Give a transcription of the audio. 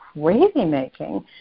crazy-making